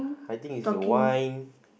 I think is the wine